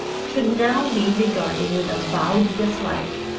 should now be regarded with avowed dislike,